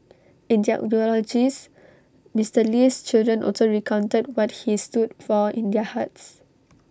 in their eulogies Mister Lee's children also recounted what he stood for in their hearts